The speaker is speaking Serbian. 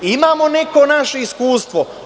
Imamo neko naše iskustvo.